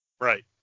Right